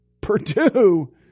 Purdue